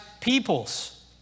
peoples